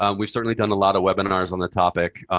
ah we've certainly done a lot of webinars on the topic.